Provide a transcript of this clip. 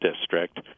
district